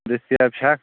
دستیاب چھا